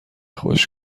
خوش